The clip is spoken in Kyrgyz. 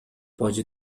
бажы